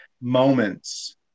moments